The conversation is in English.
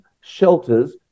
shelters